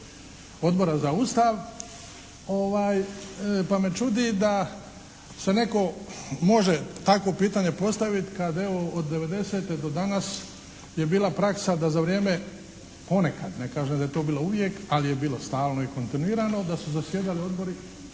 Odbora za Ustav pa me čudi da se netko može takvo pitanje postaviti kad evo od '90. do danas je bila praksa da za vrijeme, ponekad, ne kažem da je to bilo uvijek, ali je bilo stalno i kontinuirano da su zasjedali odbori